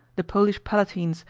the polish palatines,